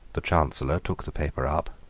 the chancellor took the paper up,